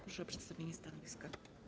Proszę o przedstawienie stanowiska.